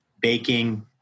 baking